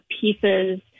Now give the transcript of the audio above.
pieces